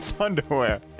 Underwear